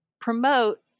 promote